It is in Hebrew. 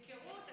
היכרות,